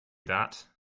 that